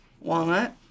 Walnut